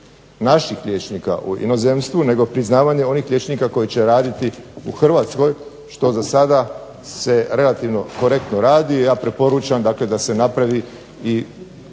naših liječnika u inozemstvu, nego priznavanje onih liječnika koji će raditi u Hrvatskoj, što za sada se relativno korektno radi. Ja preporučam dakle da se napravi i